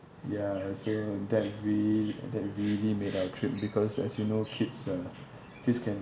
ya so that re~ that really made our trip because as you know kids uh kids can